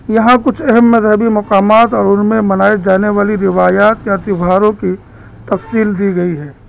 یہاں کچھ اہم مذہبی مقامات اور ان میں منائے جانے والی روایات یا تیوہاروں کی تفصیل دی گئی ہے